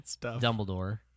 Dumbledore